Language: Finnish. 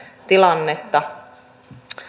tilannetta